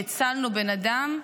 והצלנו בן אדם,